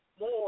more